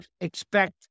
expect